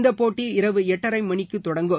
இந்த போட்டி இரவு எட்டரை மணிக்கு தொடங்கும்